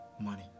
money